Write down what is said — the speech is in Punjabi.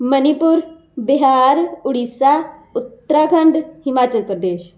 ਮਨੀਪੁਰ ਬਿਹਾਰ ਉੜੀਸਾ ਉੱਤਰਾਖੰਡ ਹਿਮਾਚਲ ਪ੍ਰਦੇਸ਼